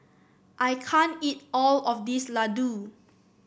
I can't eat all of this laddu